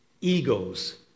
egos